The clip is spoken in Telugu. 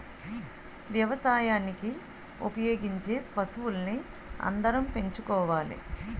వ్యవసాయానికి ఉపయోగించే పశువుల్ని అందరం పెంచుకోవాలి